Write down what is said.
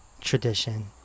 tradition